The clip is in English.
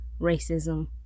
racism